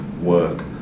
work